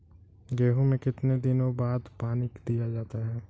गेहूँ में कितने दिनों बाद पानी दिया जाता है?